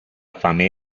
fame